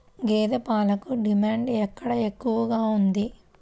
గేదె పాలకు డిమాండ్ ఎక్కడ ఎక్కువగా ఉంది?